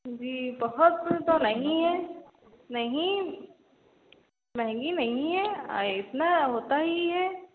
जी बहुत तो नहीं है नहीं महंगी नहीं है इतना होता ही है